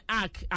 act